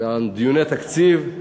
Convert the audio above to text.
בדיוני התקציב,